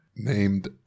named